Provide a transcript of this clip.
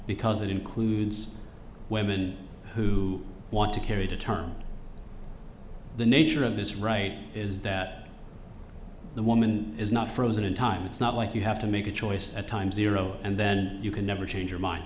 because that includes women who want to carry to term the nature of this right is that the woman is not frozen in time it's not like you have to make a choice at time zero and then you can never change your mind